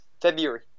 February